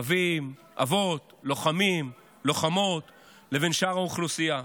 אבות, לוחמים, לוחמות, לבין שאר האוכלוסייה.